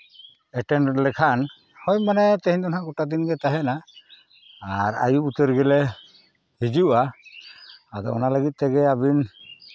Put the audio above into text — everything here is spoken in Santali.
ᱮᱴᱮᱢ ᱞᱮᱠᱷᱟᱱ ᱦᱳᱭ ᱢᱟᱱᱮ ᱛᱮᱦᱤᱧ ᱫᱚ ᱱᱟᱦᱟᱸᱜ ᱜᱳᱴᱟ ᱫᱤᱱᱜᱮ ᱛᱟᱦᱮᱱᱟ ᱟᱨ ᱟᱭᱩᱵ ᱩᱛᱟᱹᱨ ᱜᱮᱞᱮ ᱦᱤᱡᱩᱜᱼᱟ ᱟᱫᱚ ᱚᱱᱟ ᱞᱟᱹᱜᱤᱫ ᱛᱮᱜᱮ ᱟᱹᱵᱤᱱ